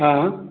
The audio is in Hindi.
हाँ